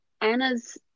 Anna's